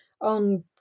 on